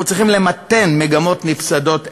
אנחנו צריכים למתן מגמות נפסדות אלו,